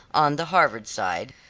on the harvard side,